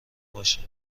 باشه